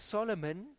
Solomon